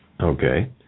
Okay